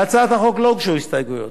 להצעת החוק לא הוגשו הסתייגויות,